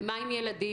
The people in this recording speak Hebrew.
ומה עם ילדים?